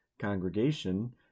congregation